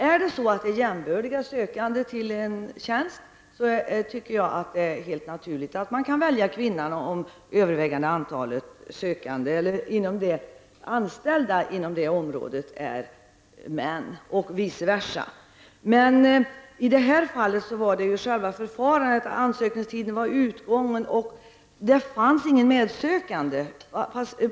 Om det är jämbördiga sökande till en tjänst så tycker jag att man helt naturligt kan välja kvinnan om det övervägande antalet anställda inom det området är män och vice versa. Men i detta fall gällde det själva förfaringssättet, att ansökningstiden var utgången och att det inte fanns någon medsökande.